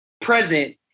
present